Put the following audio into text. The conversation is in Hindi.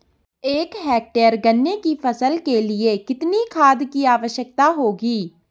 एक हेक्टेयर गन्ने की फसल के लिए कितनी खाद की आवश्यकता होगी?